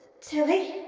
Tilly